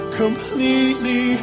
completely